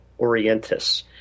Orientis